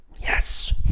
Yes